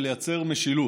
ולייצר משילות.